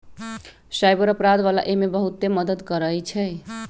cyber अपराध वाला एमे बहुते मदद करई छई